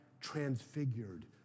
transfigured